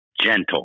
gentle